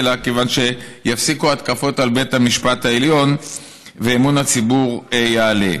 אלא כיוון שיפסיקו ההתקפות על בית המשפט העליון ואמון הציבור יעלה.